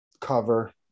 cover